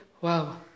wow